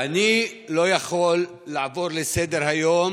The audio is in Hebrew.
אני לא יכול לעבור לסדר-היום